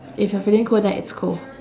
if you're feeling cold then it's cold